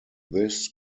this